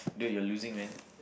dude you're losing man